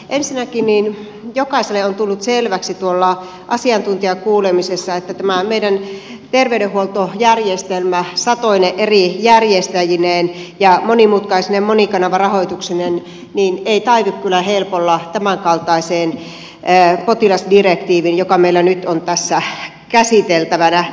ensinnäkin jokaiselle on tullut selväksi tuolla asiantuntijakuulemisessa että tämä meidän terveydenhuoltojärjestelmä satoine eri järjestäjineen ja monimutkaisine monikanavarahoituksineen ei taivu kyllä helpolla tämän kaltaiseen potilasdirektiiviin joka meillä nyt on tässä käsiteltävänä